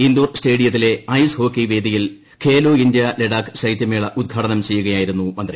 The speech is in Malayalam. ഇൻഡോർ സ്റ്റേഡിയത്തിലെ ഐസ്ഹോക്കി വേദിയിൽ ഖേലോ ഇന്ത്യ ലഡാക്ക് ശൈത്യമേള ഉദ്ഘാടനം ചെയ്യുകയായിരുന്നു മന്ത്രി